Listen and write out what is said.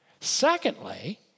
Secondly